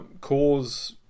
cause